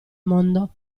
mondo